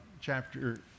chapter